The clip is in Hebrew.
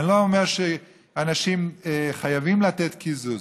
אני לא אומר שאנשים חייבים לתת קיזוז,